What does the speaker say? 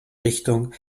richtung